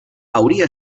hauria